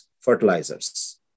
fertilizers